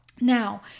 Now